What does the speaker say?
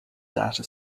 data